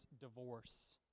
Divorce